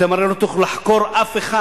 אתם הרי לא תוכלו לחקור אף אחד.